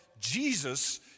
Jesus